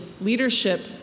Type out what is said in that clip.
leadership